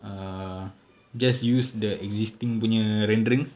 err just use the existing punya rendering